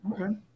okay